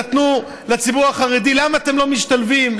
אמרו לציבור החרדי: למה אתם לא משתלבים?